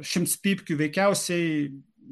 šimts pypkių veikiausiai